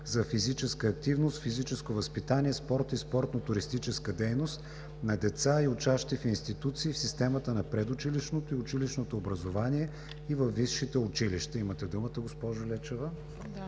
за физическа активност, физическо възпитание, спорт и спортно-туристическа дейност на деца и учащи в институции в системата на предучилищното и училищното образование и във висшите училища. Имате думата, госпожо Лечева.